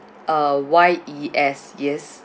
uh Y E S yes